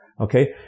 Okay